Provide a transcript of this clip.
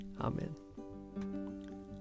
Amen